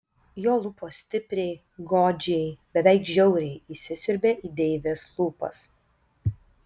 jo lūpos stipriai godžiai beveik žiauriai įsisiurbė į deivės lūpas